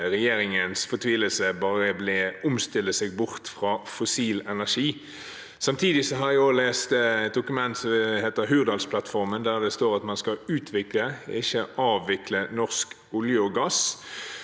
regjeringens fortvilelse, bare ble «omstille seg bort fra fossil energi». Samtidig har jeg lest et dokument som heter Hurdalsplattformen, der det står at man skal utvikle, ikke avvikle, norsk olje og gass.